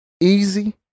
easy